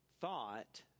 thought